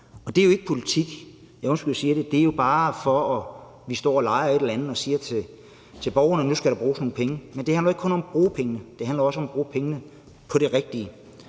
Det er jo ikke politik. Undskyld jeg siger det, det er jo bare, fordi vi står og leger et eller andet og siger til borgerne: Nu skal der bruges nogle penge. Men det handler jo ikke kun om at bruge pengene, det handler også om at bruge pengene på det rigtige.